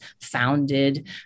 founded